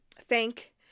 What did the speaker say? Thank